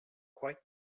quite